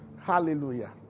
Hallelujah